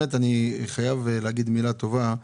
אני באמת חייב לומר מילה טובה.